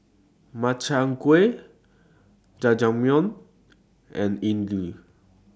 Makchang Gui Jajangmyeon and Idili